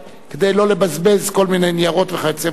כדי שלא לבזבז כל מיני ניירות וכיוצא באלה,